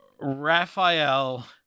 Raphael